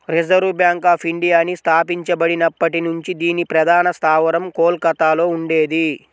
reserve bank of ఇండియాని స్థాపించబడినప్పటి నుంచి దీని ప్రధాన స్థావరం కోల్కతలో ఉండేది